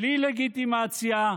בלי לגיטימציה,